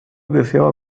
deseaba